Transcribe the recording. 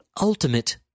ultimate